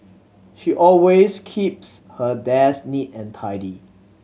she always keeps her desk neat and tidy